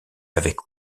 avec